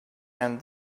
and